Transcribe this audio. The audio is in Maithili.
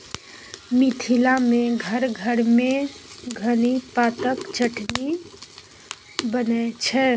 मिथिला मे घर घर मे धनी पातक चटनी बनै छै